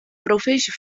provinsje